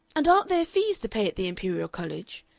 and aren't there fees to pay at the imperial college?